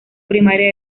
primaria